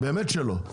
באמת שלא,